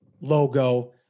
logo